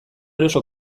eroso